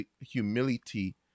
humility